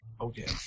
okay